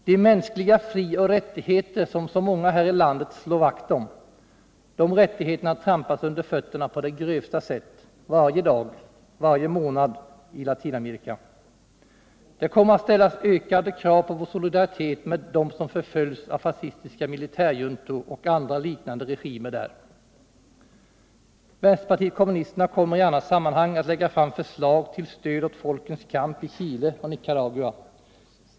De mänskliga frioch rättigheter som så många här i landet slår vakt om, de rättigheterna trampas under fötterna på det grövsta sätt varje dag, varje månad i Latinamerika. Det kommer att ställas ökade krav på vår solidaritet med dem som förföljs av facistiska militärjuntor och andra liknande regimer där. Vänsterpartiet kommunisterna kommer i annat sammanhang att lägga fram förslag till stöd åt folkens kamp i Chile och Nicaragua.